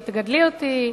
לא תגדלי אותי.